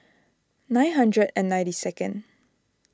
nine hundred and ninety second